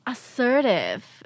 Assertive